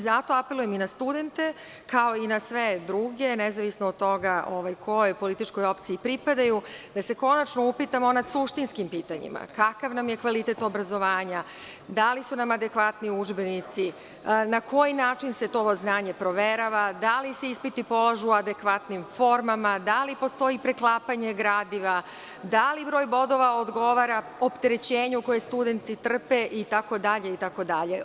Zato apelujem i na studente, kao i na sve druge nezavisno od toga kojoj političkoj opciji pripadaju da se konačno upitamo nad suštinskim pitanjima – kakav nam je kvalitet obrazovanja, da li su nam adekvatni udžbenici, na koji način se to znanje proverava, da li se ispiti polažu adekvatnim formama, da li postoji preklapanje gradiva, da li broj bodova odgovara opterećenju koje studenti trpe, itd, itd.